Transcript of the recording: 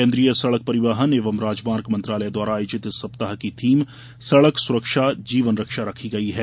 केन्द्रीय सड़क परिवहन एवं राजमार्ग मंत्रालय द्वारा आयोजित इस सप्ताह की थीम सड़क सुरक्षा जीवन रक्षा रखी गई है